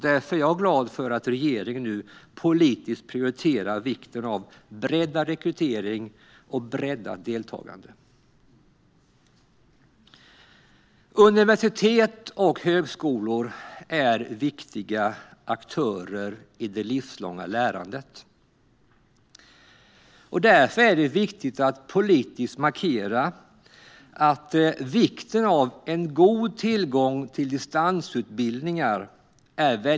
Därför är jag glad över att regeringen nu politiskt prioriterar vikten av breddad rekrytering och breddat deltagande. Universitet och högskolor är viktiga aktörer i det livslånga lärandet. Därför är det viktigt att politiskt markera att det är väldigt värdefullt med god tillgång till distansutbildningar.